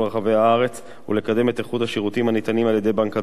הארץ ולקדם את איכות השירותים הניתנים על-ידי בנק הדואר.